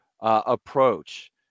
approach